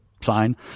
sign